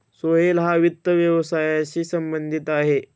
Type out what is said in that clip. सोहेल हा वित्त व्यवसायाशी संबंधित आहे